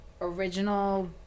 original